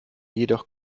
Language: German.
jedoch